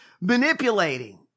manipulating